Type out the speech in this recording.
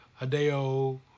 Hideo